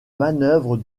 manœuvres